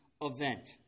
event